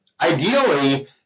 ideally